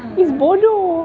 it's bodoh